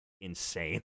insane